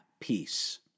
peace